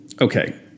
okay